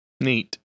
Neat